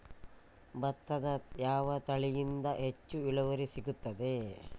ಭತ್ತದ ಯಾವ ತಳಿಯಿಂದ ಹೆಚ್ಚು ಇಳುವರಿ ಸಿಗುತ್ತದೆ?